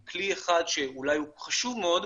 הם כלי אחד שאולי הוא חשוב מאוד,